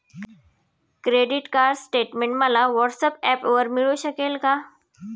Credit card statement मला व्हॉट्सऍपवर मिळू शकेल का?